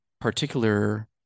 particular